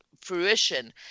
fruition